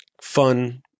fun